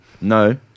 No